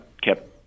kept